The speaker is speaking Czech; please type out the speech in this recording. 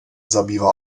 zabývá